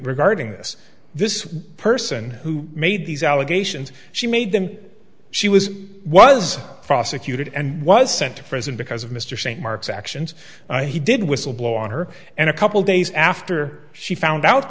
regarding this this person who made these allegations she made them she was was prosecuted and was sent to prison because of mr st mark's actions he did whistle blower on her and a couple days after she found out